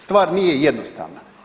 Stvar nije jednostavna.